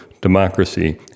democracy